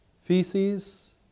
feces